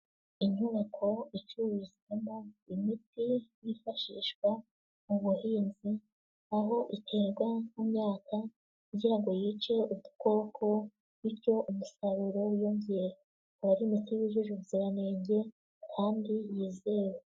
Inyubako icuruzwamo imiti, yifashishwa, mu buhinzi. Aho iterwa mu myaka, kugira ngo yice udukoko, bityo umusaruro wiyongere. Aba ari imiti y'ubuziranenge, kandi yizewe.